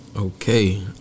okay